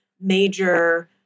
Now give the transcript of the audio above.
major